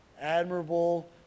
admirable